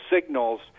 signals